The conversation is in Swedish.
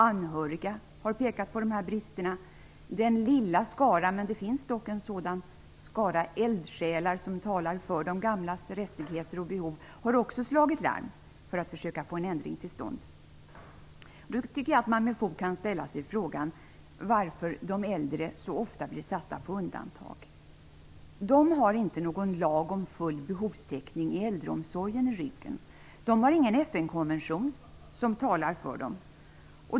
Anhöriga har pekat på dessa brister. Den lilla skara - det finns dock en sådan - eldssjälar som talar för de gamlas rättigheter och behov har också slagit larm för att försöka att få en ändring till stånd. Man kan med fog ställa sig frågan varför de äldre så ofta blir satta på undantag. De äldre har inte någon lag om full behovstäckning i äldreomsorgen i ryggen. De har ingen FN konvention som talar för dem.